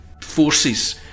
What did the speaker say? forces